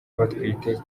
batwite